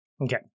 Okay